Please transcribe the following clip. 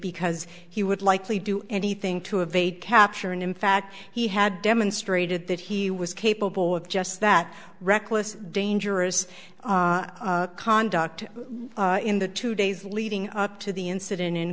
because he would likely do anything to evade capture and in fact he had demonstrated that he was capable of just that reckless dangerous conduct in the two days leading up to the incident in